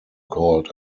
called